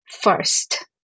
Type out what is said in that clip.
first